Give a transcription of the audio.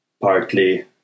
partly